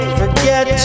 forget